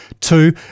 Two